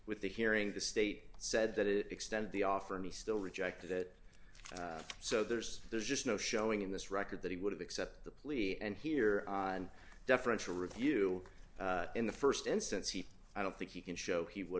with the hearing the state said that it extended the offer and he still rejected that so there's there's just no showing in this record that he would accept the plea and here on deferential review in the st instance he i don't think he can show he would